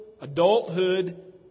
adulthood